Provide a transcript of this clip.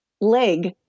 leg